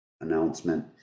announcement